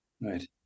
right